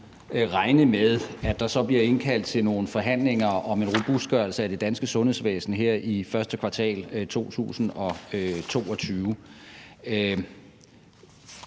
kunne regne med, at der så bliver indkaldt til nogle forhandlinger om en robustgørelse af det danske sundhedsvæsen her i første kvartal 2022.